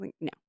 No